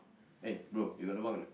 eh bro you got lobang or not